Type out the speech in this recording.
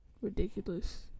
ridiculous